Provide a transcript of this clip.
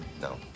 No